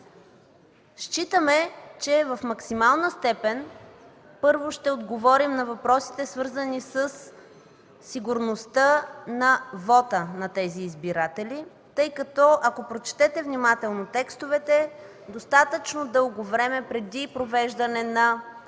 бюлетина, в максимална степен, първо, ще отговорим на въпросите, свързани със сигурността на вота на тези избиратели. Ако прочетете внимателно текстовете, достатъчно дълго време сме предвидили